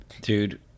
Dude